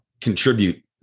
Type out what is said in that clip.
contribute